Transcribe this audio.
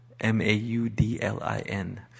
M-A-U-D-L-I-N